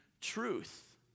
truth